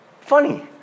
Funny